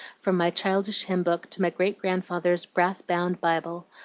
from my childish hymn-book to my great-grandfather's brass-bound bible,